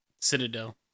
Citadel